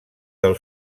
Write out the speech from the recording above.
del